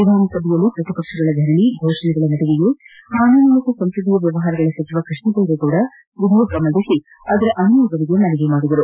ವಿಧಾನಸಭೆಯಲ್ಲಿ ಪ್ರತಿಪಕ್ಷಗಳ ಧರಣಿ ಘೋಷಣೆಗಳ ನದುವೆಯೇ ಕಾನೂನು ಮತ್ತು ಸಂಸದೀಯ ವ್ಯವಹಾರಗಳ ಸಚಿವ ಕೃಷ್ಣ ಬೈರೇಗೌಡ ವಿಧೇಯಕ ಮಂಡಿಸಿ ಅದರ ಅನುಮೋದನೆಗೆ ಮನವಿ ಮಾಡಿದರು